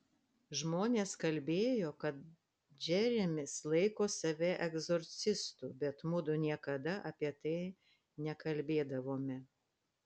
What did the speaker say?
žmonės kalbėjo kad džeremis laiko save egzorcistu bet mudu niekada apie tai nekalbėdavome